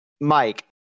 Mike